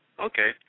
Okay